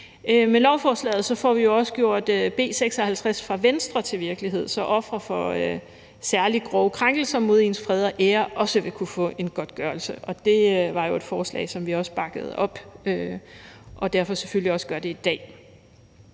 Med lovforslaget får vi jo også gjort B 56 fra Venstre til virkelighed, så ofre for særlig grove krænkelser mod ens fred og ære også vil kunne få en godtgørelse. Det var jo et forslag, som vi også bakkede op og derfor selvfølgelig også gør i dag.